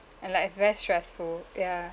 and like it's very stressful ya